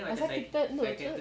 pasal kita no